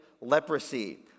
leprosy